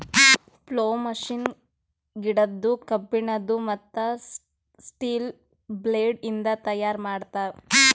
plough machine ಗಿಡದ್ದು, ಕಬ್ಬಿಣದು, ಮತ್ತ್ ಸ್ಟೀಲ ಬ್ಲೇಡ್ ಇಂದ ತೈಯಾರ್ ಮಾಡ್ತರ್